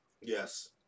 Yes